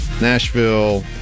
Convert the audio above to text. Nashville